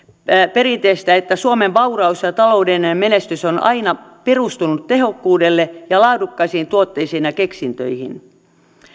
perinteestä että suomen vauraus ja taloudellinen menestys on aina perustunut tehokkuuteen ja laadukkaisiin tuotteisiin ja keksintöihin